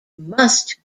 must